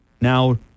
now